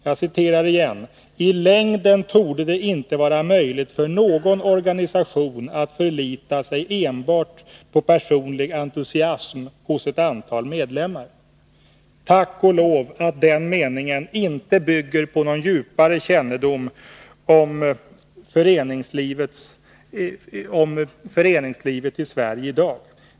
Jag citerar igen: ”I längden torde det inte vara möjligt för någon organisation att förlita sig på enbart personlig entusiasm hos ett antal medlemmar.” Tack och lov att den meningen inte bygger på någon djupare kännedom om föreningslivet i Sverige i dag.